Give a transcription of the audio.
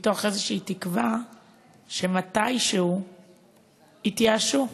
מתוך איזו תקווה שמתישהו יתייאשו,